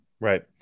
right